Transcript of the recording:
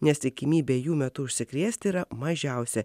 nes tikimybė jų metu užsikrėsti yra mažiausia